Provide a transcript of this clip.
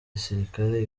gisirikare